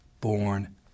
born